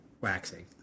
waxing